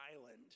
Island